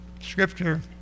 Scripture